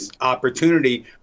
opportunity